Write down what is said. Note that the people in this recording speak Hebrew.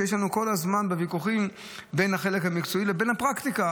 שיש לנו כל הזמן בוויכוחים בין החלק המקצועי לבין הפרקטיקה,